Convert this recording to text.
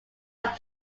like